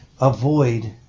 avoid